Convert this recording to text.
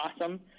awesome